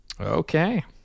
Okay